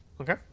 Okay